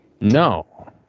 No